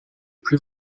plus